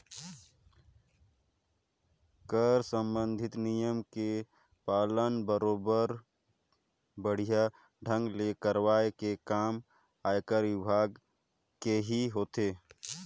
कर संबंधित नियम के पालन बरोबर बड़िहा ढंग ले करवाये के काम आयकर विभाग केही होथे